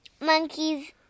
monkey's